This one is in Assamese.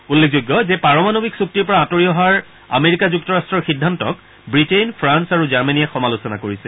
উল্লেখযোগ্য যে পাৰমাণবিক চুক্তিৰ পৰা আঁতৰি অহাৰ আমেৰিকা যুক্তৰাট্টৰ সিদ্ধান্তক ৱিটেইন ফ্ৰাল আৰু জাৰ্মনীয়ে সমালোচনা কৰিছে